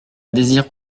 désire